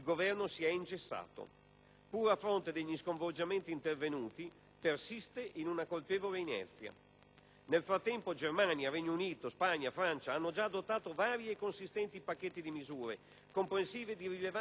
pur a fronte degli sconvolgimenti intervenuti, persiste in una colpevole inerzia. Nel frattempo, Germania, Regno Unito, Spagna e Francia hanno già adottato vari e consistenti pacchetti di misure, comprensive di rilevanti azioni di stimolo fiscale: